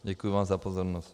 Děkuji vám za pozornost.